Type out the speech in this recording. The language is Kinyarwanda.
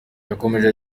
yakomeje